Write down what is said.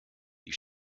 die